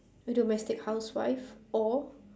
a domestic housewife or